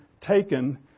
taken